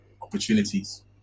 opportunities